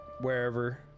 Wherever